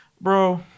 Bro